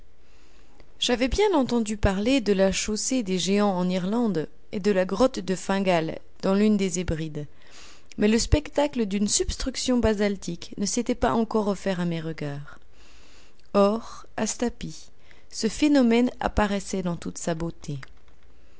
j'avais bien entendu parler de la chaussée des géants en irlande et de la grotte de fingal dans l'une des hébrides mais le spectacle d'une substruction basaltique ne s'était pas encore offert à mes regards or à stapi ce phénomène apparaissait dans toute sa beauté